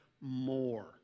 more